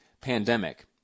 Pandemic